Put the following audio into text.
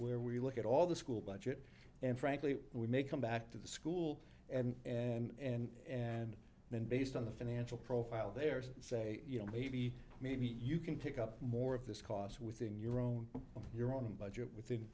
where we look at all the school budget and frankly we may come back to the school and and and then based on the financial profile there's say you know maybe maybe you can pick up more of this cost within your own your own budget within